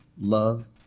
love